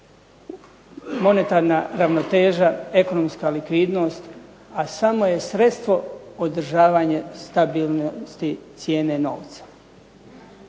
monetarna ravnoteža, ekonomska likvidnost, a samo je sredstvo održavanja stabilnosti cijene novca.